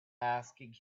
asking